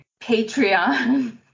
Patreon